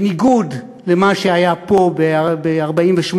בניגוד למה שהיה פה ב-1948,